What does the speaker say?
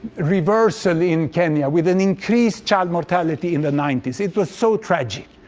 reversal in kenya with an increased child mortality in the ninety s. it was so tragic.